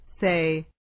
say